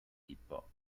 tipo